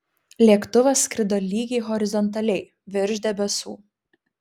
lėktuvas skrido lygiai horizontaliai virš debesų